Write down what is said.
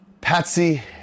Patsy